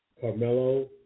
Carmelo